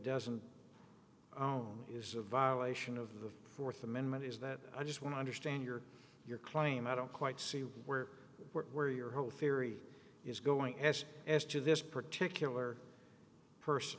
doesn't own is a violation of the fourth amendment is that i just want to understand your your claim i don't quite see where what where your whole theory is going s s to this particular person